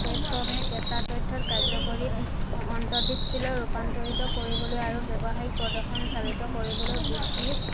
প্লেটফৰ্মে কেঁচা তথ্যত কাৰ্য্যকৰী অন্তৰ্দৃষ্টিলৈ ৰূপান্তৰিত কৰিবলৈ আৰু ব্যৱসায়িক প্ৰদৰ্শন চালিত কৰিবলৈ বিক্ৰীৰ